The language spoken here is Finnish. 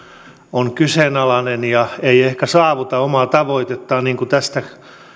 on kyseenalainen ja ei ehkä saavuta omaa tavoitettaan niin kuin tästä